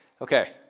Okay